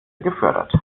gefördert